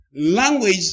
language